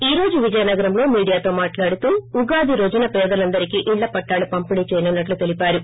ఈ రోజు విజయనగరంలో మీడియాతో మాట్లాడుతూ ఉగాది రోజున పేదలందరికీ ఇళ్ల పట్లాలు పంపిణీ చేయనున్నట్లు తెలిపారు